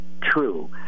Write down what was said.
True